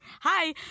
Hi